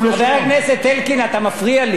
חבר הכנסת אלקין, אתה מפריע לי.